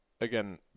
again